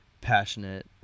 passionate